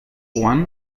one